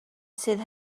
sydd